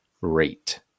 rate